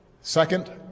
Second